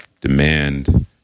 demand